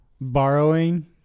borrowing